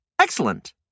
Excellent